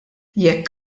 jekk